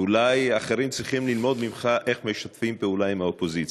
ואולי האחרים צריכים ללמוד ממך איך משתפים פעולה עם האופוזיציה.